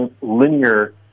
linear